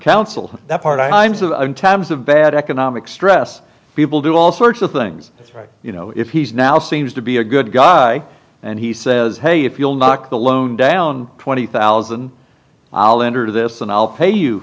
council that part i'm seven times of bad economic stress people do all sorts of things right you know if he's now seems to be a good guy and he says hey if you'll knock the loan down twenty thousand i'll enter this and i'll pay you